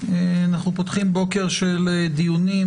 אנחנו פותחים בוקר של דיונים,